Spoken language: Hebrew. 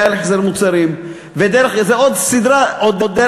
זה היה על החזר מוצרים.